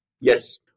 Yes